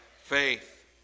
faith